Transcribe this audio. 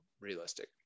realistic